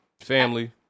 Family